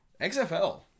XFL